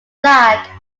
black